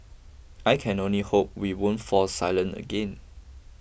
I can only hope we won't fall silent again